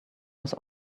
was